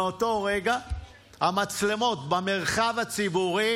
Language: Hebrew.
מאותו רגע המצלמות במרחב הציבורי